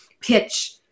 pitch